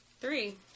Three